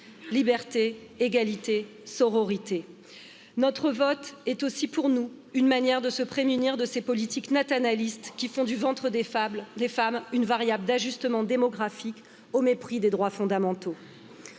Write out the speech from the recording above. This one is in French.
liberté, égalité, sauroit. aussi pour nous une manière de se prémunir de ces politiques nationalistes qui font du ventre des femmes des femmes une variable d'ajustement démographique, au mépris des droits fondamentaux.